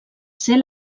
ser